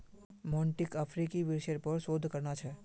मोंटीक अफ्रीकी वृक्षेर पर शोध करना छ